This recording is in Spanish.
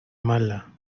mala